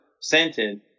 scented